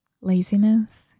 Laziness